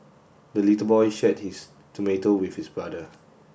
the little boy shared his tomato with his brother